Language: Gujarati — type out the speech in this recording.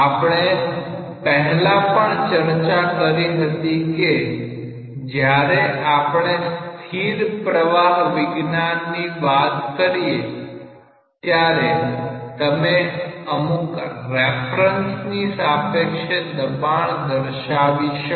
આપણે પહેલા પણ ચર્ચા કરી હતી કે જ્યારે આપણે સ્થિર પ્રવાહ વિજ્ઞાનની વાત કરીએ ત્યારે તમે અમુક રેફરન્સની સાપેક્ષે દબાણ દર્શાવી શકો